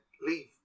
leave